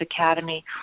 Academy